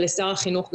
ושר החינוך גלנט,